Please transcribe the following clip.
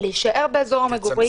להישאר באזור המגורים.